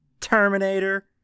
Terminator